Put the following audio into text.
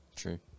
true